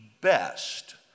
best